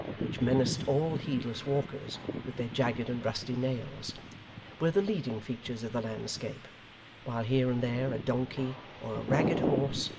which menaced all heedless walkers with their jagged and rusty nails were the leading features of the landscape while here and there a donkey, or a ragged horse,